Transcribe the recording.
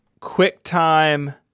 QuickTime